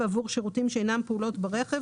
בעבור שירותים שאינם פעולות ברכב